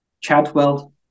Chadwell